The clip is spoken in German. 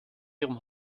ihrem